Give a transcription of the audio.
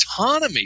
autonomy